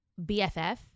BFF